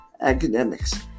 Academics